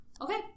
Okay